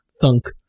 thunk